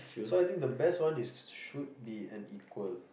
so I think the best one is to should be an equal